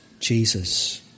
Jesus